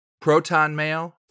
ProtonMail